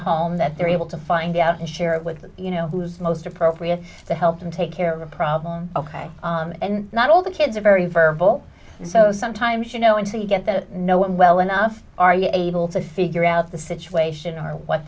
home that they're able to find out and share it with you know who is the most appropriate to help them take care of a problem ok and not all the kids are very verbal so sometimes you know until you get to know him well enough are you able to figure out the situation are what